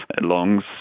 lungs